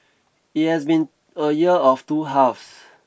it has been a year of two halves